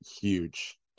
huge